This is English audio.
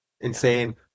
insane